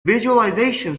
visualization